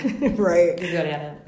Right